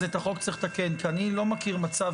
אז את החוק צריך לתקן כי אני לא מכיר מצב